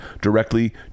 directly